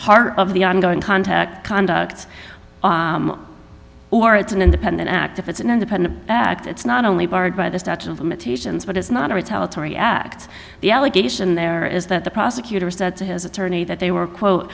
heart of the ongoing contact conduct or it's an independent act if it's an independent act it's not only barred by the statute of limitations but it's not a retaliatory act the allegation there is that the prosecutor said to his attorney that they were quote